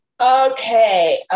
Okay